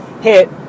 hit